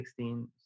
2016